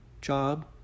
job